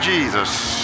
Jesus